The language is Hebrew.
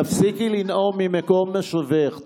תפסיקי לנאום ממקום מושבך.